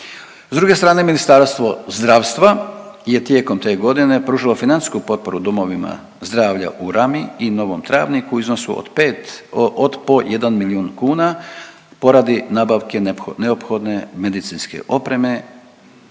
S druge strane Ministarstvo zdravstva je tijekom te godine pružilo financijsku potporu domovima zdravlja u Rami i Novom Travniku u iznosu od 5, od po 1 milijun kuna poradi nabavke neophodne medicinske opreme